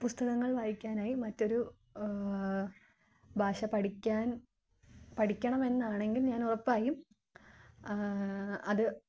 പുസ്തകങ്ങൾ വായിക്കാനായി മറ്റൊരു ഭാഷ പഠിക്കാൻ പഠിക്കണമെന്നാണെങ്കിൽ ഞാൻ ഉറപ്പായും അത്